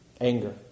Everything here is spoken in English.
anger